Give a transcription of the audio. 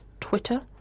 Twitter